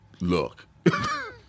Look